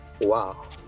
Wow